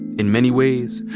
in many ways,